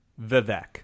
Vivek